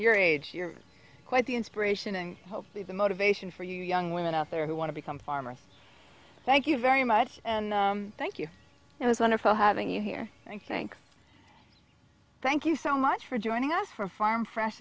your age you're quite the inspiration and hopefully the motivation for young women out there who want to become farmers thank you very much and thank you it was wonderful having you here and thank thank you so much for joining us for farm fresh